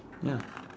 ya